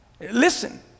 Listen